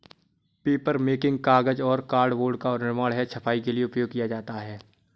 papermaking कागज और cardboard का निर्माण है छपाई के लिए उपयोग किया जाता है